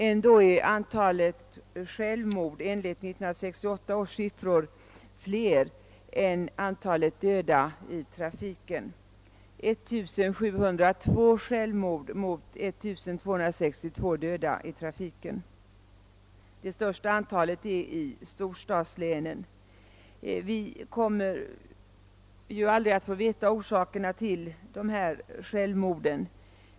Ändå är antalet självmord enligt 1968 års siffror fler än antalet döda i trafiken, 1702 självmord mot 1262 dödade i trafiken. Det största antalet självmord förekommer i storstadslänen. Vi kommer aldrig att få veta orsakerna till dessa självmord.